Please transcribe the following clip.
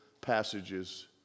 passages